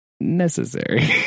necessary